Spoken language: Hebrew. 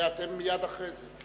אתם מייד אחרי זה.